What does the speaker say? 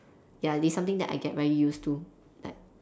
ya it's something that I get very used to like